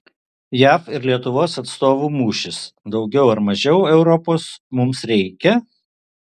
jav ir lietuvos atstovų mūšis daugiau ar mažiau europos mums reikia